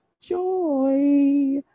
Joy